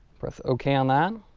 press ok on that